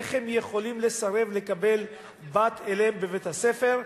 איך הם יכולים לסרב לקבל בת אליהם לבית-הספר,